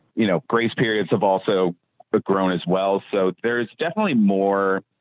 you know, grace periods have also but grown as well. so there's definitely more.